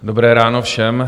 Dobré ráno všem.